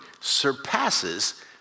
surpasses